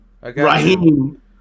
Raheem